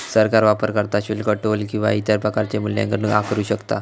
सरकार वापरकर्ता शुल्क, टोल किंवा इतर प्रकारचो मूल्यांकन आकारू शकता